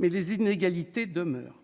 mais les inégalités demeurent